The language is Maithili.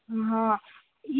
हँ ई